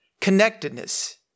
connectedness